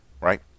right